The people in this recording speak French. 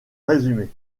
résumer